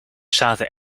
zaten